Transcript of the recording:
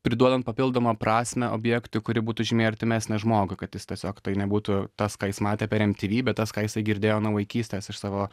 priduodant papildomą prasmę objektui kuri būtų žymiai artimesnė žmogui kad jis tiesiog tai nebūtų tas ką jis matė per mtv bet tas ką jisai girdėjo nuo vaikystės iš savo